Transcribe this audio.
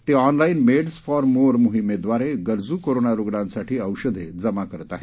ते online meds for more मोहिमेद्वारे गरजू कोरोना रूग्णांसाठी औषधे जमा करत आहेत